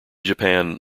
japan